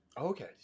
Okay